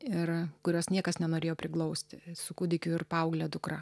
ir kurios niekas nenorėjo priglausti su kūdikiu ir paaugle dukra